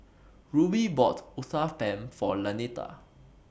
Rubie bought Uthapam For Lanita